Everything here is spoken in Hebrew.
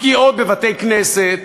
פגיעות בבתי-כנסת,